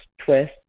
twist